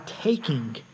taking